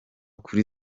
kuri